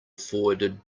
forwarded